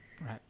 right